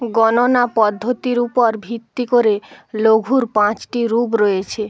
গণনা পদ্ধতির উপর ভিত্তি করে লঘুর পাঁচটি রূপ রয়েছে